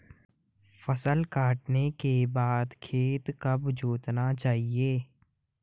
फसल काटने के बाद खेत कब जोतना चाहिये?